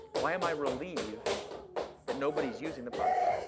why am i relieved that nobody's using the product?